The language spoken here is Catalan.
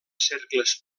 cercles